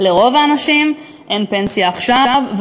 לרוב האנשים אין פנסיה עכשיו,